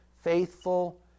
faithful